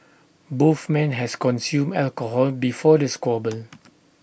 both men has consumed alcohol before the squabble